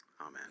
Amen